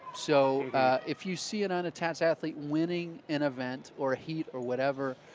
so if you see an unattached athlete winning an event or a heat or whatever,